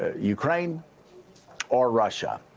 ukraine or russia.